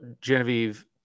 Genevieve